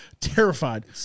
terrified